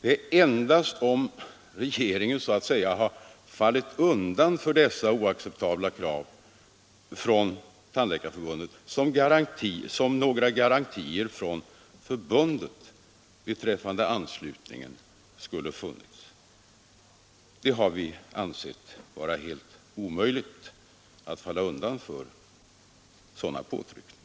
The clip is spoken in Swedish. Det är endast om regeringen så att säga hade fallit undan för dessa oacceptabla krav från Tandläkarförbundet som några garantier från förbundet beträffande anslutningen skulle ha funnits. Vi har ansett det vara helt omöjligt att falla undan för sådana påtryckningar.